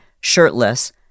shirtless